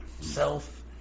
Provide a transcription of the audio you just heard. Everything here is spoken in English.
self